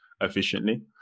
efficiently